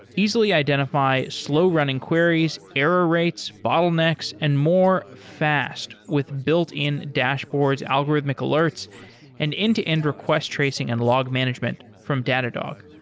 easily identify slow running queries, error rates, bottlenecks and more fast with built-in dashboards, algorithmic alerts and end-to-end request tracing and log management from datadog.